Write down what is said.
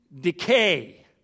decay